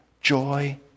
joy